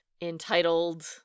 entitled